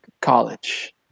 college